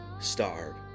starve